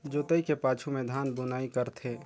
जोतई के पाछू में धान बुनई करथे